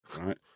right